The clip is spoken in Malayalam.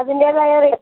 അതിൻ്റെതായ